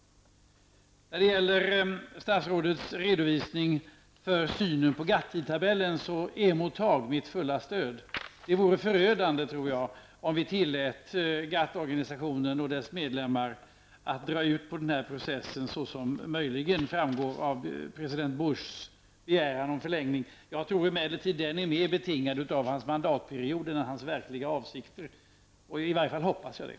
När det gäller statsrådets redovisning för synen på GATT-tidtabellen kan jag bara säga: Emottag mitt fulla stöd! Jag tror att det skulle vara förödande om vi tillätt GATT-organisationen och dess medlemmar att dra ut på processen -- vilket president Buschs begäran om en förlängning möjligen tyder på. Jag tror emellertid att denna president Buschs begäran mera är betingad av hans mandatperiod än av hans verkliga avsikter -- i varje fall hoppas jag det.